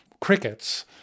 crickets